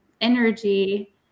energy